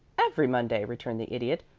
every monday, returned the idiot.